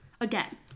again